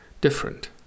different